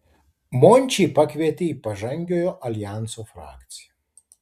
mončį pakvietė į pažangiojo aljanso frakciją